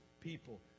people